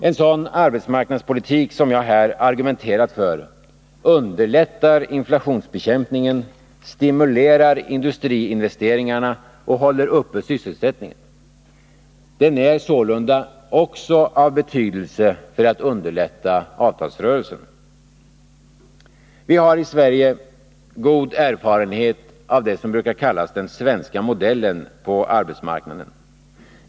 En sådan arbetsmarknadspolitik som jag här argumenterat för underlättar inflationsbekämpningen, stimulerar industriinvesteringarna och håller uppe sysselsättningen. Den är sålunda också av betydelse för att underlätta avtalsrörelsen. Vi har i Sverige god erfarenhet av den s.k. svenska modellen på arbetsmarknaden.